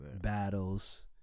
battles